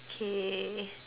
K